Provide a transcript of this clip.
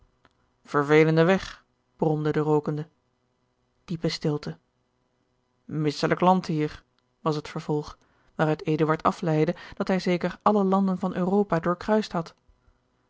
vervelende weg bromde de rookende diepe stilte misselijk land hier was het vervolg waaruit eduard afleidde dat hij zeker alle landen van europa doorkruist had